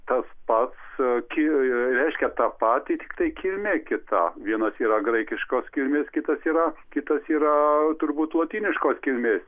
tas pats e ki reiškia tą patį tiktai kilmė kita vienas yra graikiškos kilmės kitas yra kitas yra turbūt lotyniškos kilmės